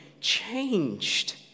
changed